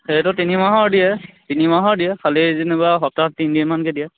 সেইটো তিনি মাহৰ দিয়ে তিনিমাহৰ দিয়ে খালি যেনিবা সপ্তাহত তিনিদিনমানকে দিয়ে